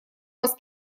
вас